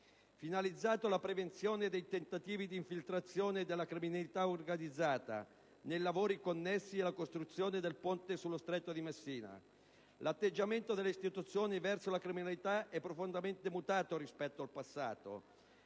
finalizzato alla prevenzione dei tentativi di infiltrazione della criminalità organizzata nei lavori connessi alla costruzione del ponte sullo Stretto di Messina. L'atteggiamento delle istituzioni verso la criminalità è profondamente mutato rispetto al passato: